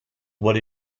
what